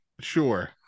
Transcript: Sure